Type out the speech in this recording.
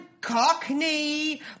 cockney